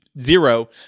zero